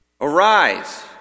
Arise